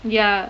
ya